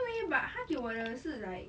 不会 eh but 他给我的是 like